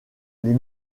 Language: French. les